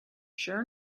sure